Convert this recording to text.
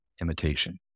imitation